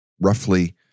roughly